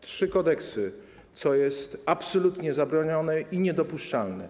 trzy kodeksy, co jest absolutnie zabronione i niedopuszczalne.